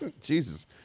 Jesus